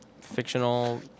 fictional